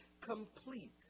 complete